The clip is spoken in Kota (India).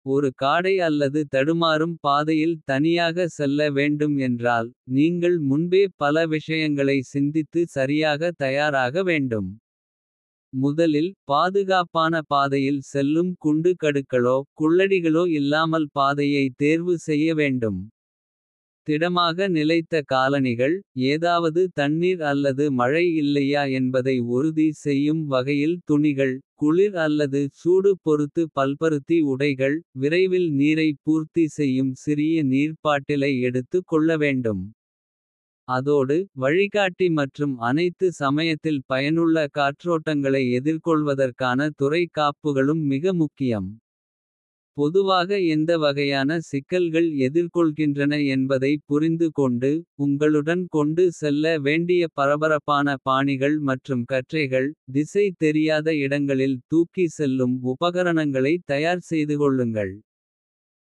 ஒரு காடை அல்லது தடுமாறும் பாதையில் தனியாக. செல்ல வேண்டும் என்றால் நீங்கள் முன்பே பல விஷயங்களை. சிந்தித்து சரியாக தயாராக வேண்டும் முதலில். பாதுகாப்பான பாதையில் செல்லும் குண்டு கடுக்களோ. குள்ளடிகளோ இல்லாமல் பாதையை தேர்வு செய்ய வேண்டும். திடமாக நிலைத்த காலணிகள் ஏதாவது தண்ணீர் அல்லது. மழை இல்லையா என்பதை உறுதி செய்யும் வகையில் துணிகள். குளிர் அல்லது சூடு பொறுத்து பல்பருத்தி உடைகள். விரைவில் நீரை பூர்த்தி செய்யும் சிறிய நீர். பாட்டிலை எடுத்துக் கொள்ள வேண்டும். அதோடு வழிகாட்டி மற்றும் அனைத்து சமயத்தில். பயனுள்ள காற்றோட்டங்களை எதிர்கொள்வதற்கான. துறை காப்புகளும் மிக முக்கியம் பொதுவாக எந்த. வகையான சிக்கல்கள் எதிர்கொள்கின்றன என்பதை புரிந்து. கொண்டு உங்களுடன் கொண்டு செல்ல வேண்டிய பரபரப்பான. பாணிகள் மற்றும் கற்றைகள் திசை தெரியாத இடங்களில். தூக்கி செல்லும் உபகரணங்களை தயார் செய்துகொள்ளுங்கள்.